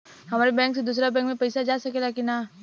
हमारे बैंक से दूसरा बैंक में पैसा जा सकेला की ना?